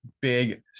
big